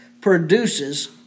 produces